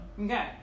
Okay